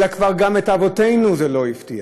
אלא שכבר את אבותינו זה לא הפתיע,